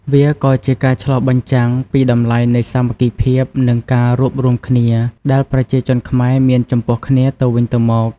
វាក៏ជាការឆ្លុះបញ្ចាំងពីតម្លៃនៃសាមគ្គីភាពនិងការរួបរួមគ្នាដែលប្រជាជនខ្មែរមានចំពោះគ្នាទៅវិញទៅមក។